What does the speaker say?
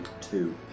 Two